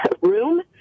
room